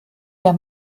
der